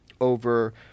over